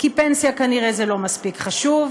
כי פנסיה זה כנראה לא מספיק חשוב,